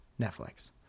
Netflix